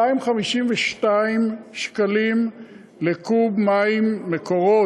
2.52 שקלים לקוב מים "מקורות",